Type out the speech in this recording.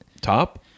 top